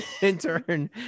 intern